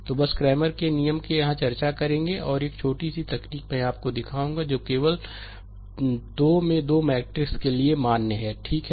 तो बस क्रैमर के नियम यहां चर्चा करेंगे और एक छोटी सी तकनीक मैं आपको दिखाऊंगा जो केवल 2 में 2 मैट्रिक्स के लिए मान्य है ठीक है